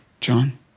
John